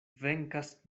venkas